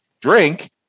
drink